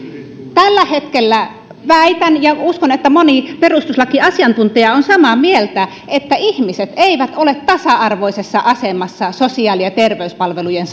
tällä hetkellä väitän ja uskon että moni perustuslakiasiantuntija on samaa mieltä että ihmiset eivät ole tasa arvoisessa asemassa sosiaali ja terveyspalvelujen